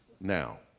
Now